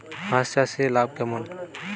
হাঁস চাষে লাভ কেমন?